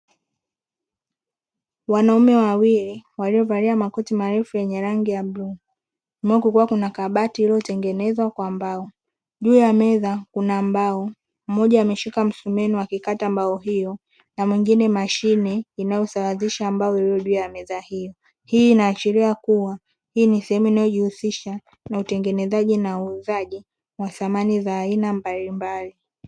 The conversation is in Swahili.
Wanaume wawili walio valia makoti marefu yenye rangi ya bluu; mbele kukiwa kuna kabati iliyotengenezwa kwa mbao. Juu ya meza kuna mbao, mmoja ameshika msumeno akikata mbao hiyo na mwingine mashine inayosawazisha mbao iliyo juu ya meza hiyo. Hii inaashiria kuwa, hii ni sehemu inayojihusisha na utengenezaji na uuzaji wa samani za aina mbalimbali.